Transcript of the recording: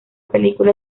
película